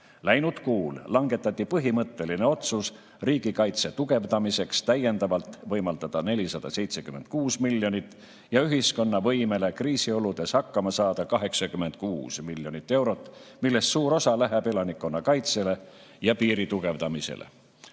Läinud kuul langetati põhimõtteline otsus riigikaitse tugevdamiseks täiendavalt, võimaldades selleks 476 miljonit, ja ühiskonna võimele kriisioludes hakkama saada eraldati 86 miljonit eurot, millest suur osa läheb elanikkonnakaitsele ja piiri tugevdamisele.